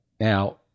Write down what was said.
Now